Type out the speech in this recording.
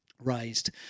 raised